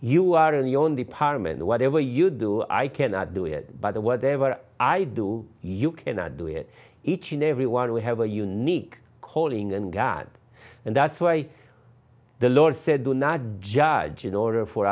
you are in the only parliament whatever you do i cannot do it by the whatever i do you cannot do it each and every one we have a unique calling and god and that's why the lord said do not judge in order for